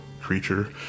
creature